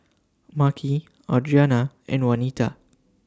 Makhi Audrianna and Wanita